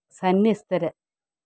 സന്യസ്ഥർ